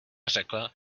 řekla